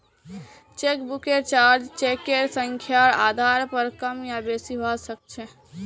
चेकबुकेर चार्ज चेकेर संख्यार आधार पर कम या बेसि हवा सक्छे